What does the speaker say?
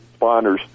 responders